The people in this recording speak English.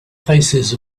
faces